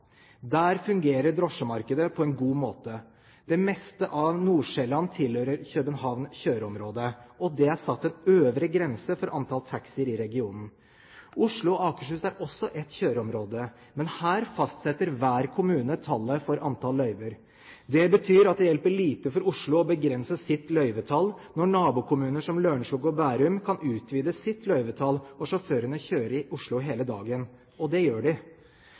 Der fungerer drosjemarkedet på en god måte. Det meste av Nord-Sjælland tilhører København kjøreområde, og det er satt en øvre grense for antall taxier i regionen. Oslo og Akershus er også ett kjøreområde, men her fastsetter hver kommune tallet for antall løyver. Det betyr at det hjelper lite for Oslo å begrense sitt løyvetall når nabokommuner som Lørenskog og Bærum kan utvide sitt løyvetall og sjåførene kjører i Oslo hele dagen. Og det gjør de.